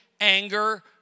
anger